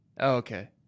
Okay